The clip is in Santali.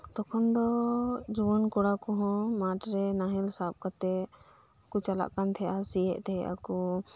ᱛᱚᱦᱚᱱ ᱫᱚ ᱡᱩᱣᱟᱹᱱ ᱠᱚᱲᱟ ᱠᱚᱦᱚᱸ ᱢᱟᱴ ᱨᱮ ᱱᱟᱦᱮᱞ ᱥᱟᱵ ᱠᱟᱛᱮᱫ ᱪᱟᱞᱟᱜ ᱠᱟᱱᱛᱟᱦᱮᱸᱫᱼᱟ ᱥᱤᱭᱮᱫ ᱠᱟᱱ ᱛᱟᱦᱮᱸᱫ ᱟᱠᱚ